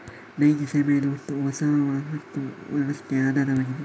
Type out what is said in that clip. ನೈಜ ಸಮಯದ ಒಟ್ಟು ವಸಾಹತು ವ್ಯವಸ್ಥೆಯ ಆಧಾರವಾಗಿದೆ